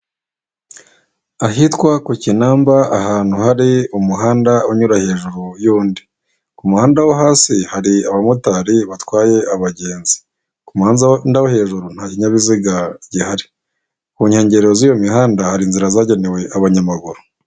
Ahitwa ku Kinamba, ahantu hari umuhanda unyura hejuru y'undi, ku muhanda wo hasi hari abamotari batwaye abagenzi, ku muhanda wo hejuru nta kinyabiziga gihari, ku nkengero z'iyo mihanda hari inzira zagenewe abanyamaguru.